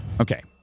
Okay